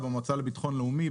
במועצה לביטחון לאומי,